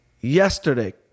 Yesterday